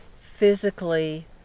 physically